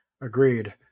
Agreed